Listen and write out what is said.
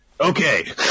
Okay